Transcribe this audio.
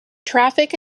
traffic